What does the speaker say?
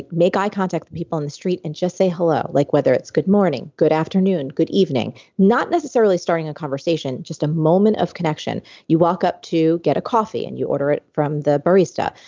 make eye contact with people on the street and just say hello. like whether it's good morning, good afternoon, good evening, not necessarily starting a conversation, just a moment of connection. you walk up to get a coffee and you order it from the barista,